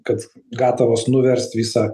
kad gatavos nuverst visą